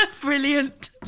Brilliant